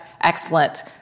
excellent